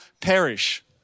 perish